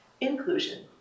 inclusion